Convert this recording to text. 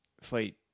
fight